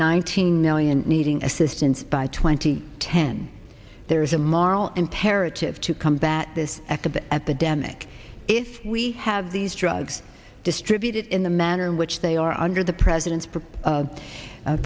nineteen million needing assistance by twenty ten there is a moral imperative to combat this act of epidemic if we have these drugs distributed in the manner in which they are under the president's